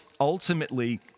ultimately